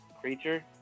creature